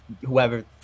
whoever